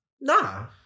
Nah